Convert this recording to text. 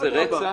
שזה רצח.